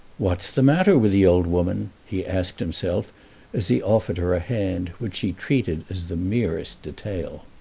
what's the matter with the old woman? he asked himself as he offered her a hand which she treated as the merest detail.